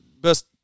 best